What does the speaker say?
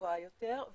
גבוהה יותר.